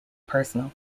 personal